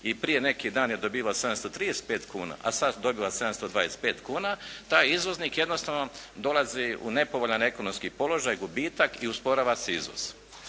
i prije neki dan je dobivao 735 kuna, a sad dobiva 725 kuna. Taj izvoznik jednostavno dolazi u nepovoljan ekonomski položaj, gubitak i usporava se izvoz.